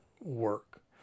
work